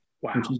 Wow